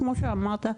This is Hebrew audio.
כמו שאמרת,